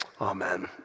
Amen